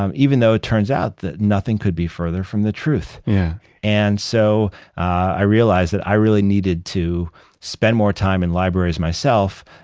um even though it turns out that nothing could be further from the truth yeah and so i realized that i really needed to spend more time in libraries myself,